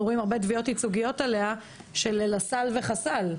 רואים הרבה תביעות ייצוגיות עליה של לסל וחסל.